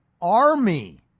army